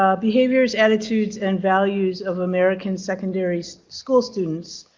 um behaviors attitudes and values of americans secondary school students,